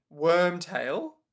Wormtail